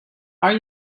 are